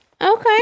okay